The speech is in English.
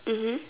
mmhmm